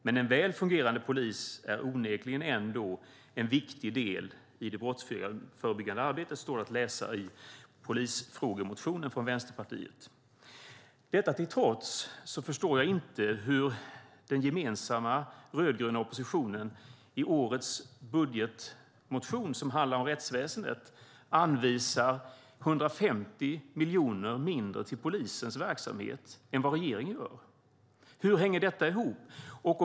Men en väl fungerande polis är onekligen ändå en viktig del i det brottsförebyggande arbetet." Detta till trots förstår jag inte hur den gemensamma rödgröna oppositionen i årets budgetmotion som handlar om rättsväsendet anvisar 150 miljoner mindre till polisens verksamhet än vad regeringen gör. Hur hänger detta ihop?